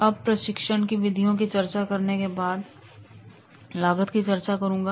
अब प्रशिक्षण के विधियों की चर्चा करने के बाद में लागत की चर्चा करूंगा